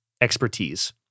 expertise